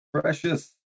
precious